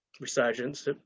resurgence